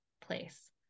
place